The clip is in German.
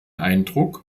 eindruck